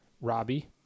Robbie